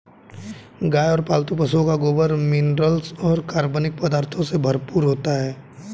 गाय और पालतू पशुओं का गोबर मिनरल्स और कार्बनिक पदार्थों से भरपूर होता है